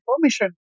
permission